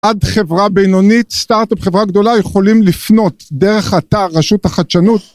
עד חברה בינונית, סטארט-אפ חברה גדולה, יכולים לפנות דרך אתר רשות החדשנות.